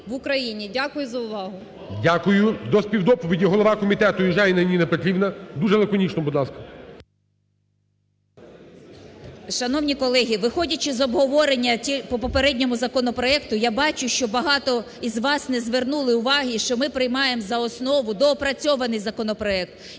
Дякую за увагу.